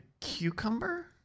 cucumber